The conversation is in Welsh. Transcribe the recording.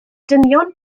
dynion